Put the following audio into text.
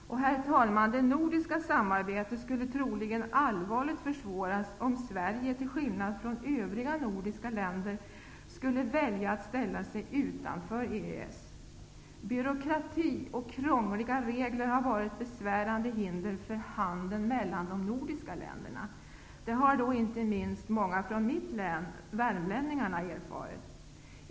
Herr talman! Det nordiska samarbetet skulle troligen allvarligt försvåras om Sverige till skillnad från övriga nordiska länder valde att ställa sig utanför EES. Byråkrati och krångliga regler har varit besvärande hinder för handeln mellan de nordiska länderna. Detta har inte minst många från mitt hemlän, Värmland, fått erfara.